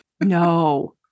No